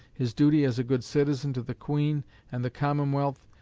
his duty as a good citizen to the queen and the commonwealth,